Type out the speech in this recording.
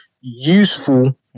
useful